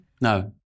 No